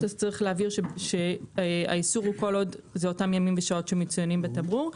אז צריך להבהיר שהאיסור הוא כל עוד זה אותם ימים ושעות שמצוינים בתמרור.